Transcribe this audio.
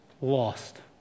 lost